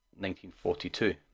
1942